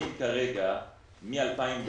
הדין כרגע מ-2015,